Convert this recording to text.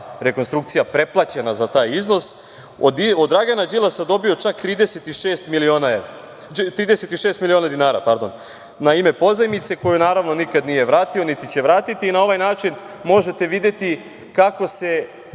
rekonstrukcija pretplaćena za taj iznos, od Dragana Đilasa dobio je čak 36 miliona dinara na ime pozajmice, koju, naravno, nikada nije vratio niti će vratiti. Na ovaj način možete videti kako se